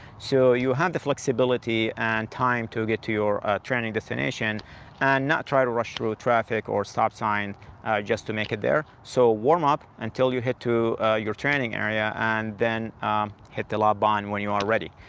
so you have the flexibility and time to get to your training destination and not try to rush through traffic or stop sign just to make it there. so warm up until you head to your training area and then hit the lap button when you are ready.